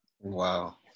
Wow